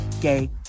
gay